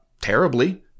terribly